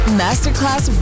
masterclass